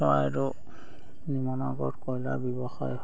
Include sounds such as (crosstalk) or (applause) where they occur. (unintelligible)